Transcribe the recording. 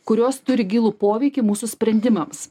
kurios turi gilų poveikį mūsų sprendimams